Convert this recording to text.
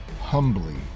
humbly